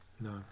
No